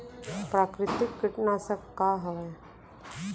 प्राकृतिक कीटनाशक का हवे?